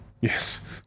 Yes